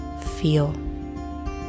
feel